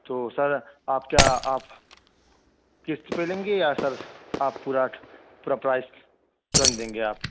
تو سر آپ کیا آپ قسط پہ لیں گے یا سر آپ پورا پورا پرائز تورنت دیں گے آپ